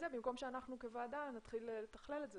במקום שאנחנו כוועדה נתחיל לתכלל את זה.